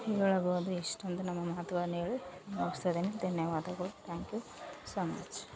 ಹೇಳ್ಬೋದು ಎಷ್ಟು ಅಂತ ನಮ್ಮ ಮಹತ್ವವನ್ನ ಹೇಳಿ ಮುಗಿಸ್ತಾ ಇದ್ದೀನಿ ಧನ್ಯವಾದಗಳು ತ್ಯಾಂಕ್ ಯು ಸೋ ಮಚ್